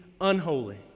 unholy